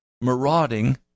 marauding